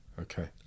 Okay